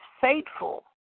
faithful